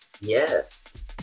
Yes